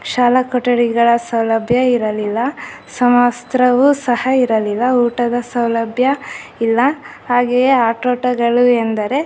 ಶಾಲಾ ಕೊಠಡಿಗಳ ಸೌಲಭ್ಯ ಇರಲಿಲ್ಲ ಸಮವಸ್ತ್ರವೂ ಸಹ ಇರಲಿಲ್ಲ ಊಟದ ಸೌಲಭ್ಯ ಇಲ್ಲ ಹಾಗೆಯೇ ಆಟೋಟಗಳು ಎಂದರೆ